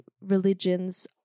religions